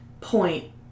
point